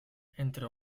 entre